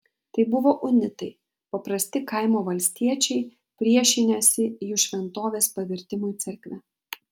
tai buvo unitai paprasti kaimo valstiečiai priešinęsi jų šventovės pavertimui cerkve